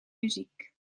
muziek